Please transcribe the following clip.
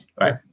Right